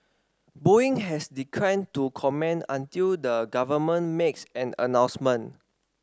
Boeing has declined to comment until the government makes an announcement